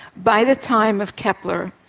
by the time of kepler,